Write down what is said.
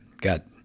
got